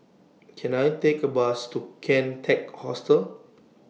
Can I Take A Bus to Kian Teck Hostel